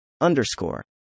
underscore